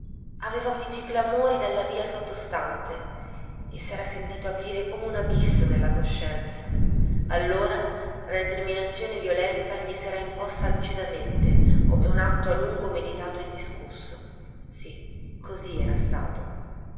aveva udito i clamori della via sottostante e s'era sentito aprire come un abisso nella coscienza allora la determinazione violenta gli s'era imposta lucidamente come un atto a lungo meditato e discusso sì così era stato